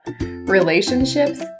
relationships